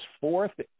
fourth